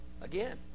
Again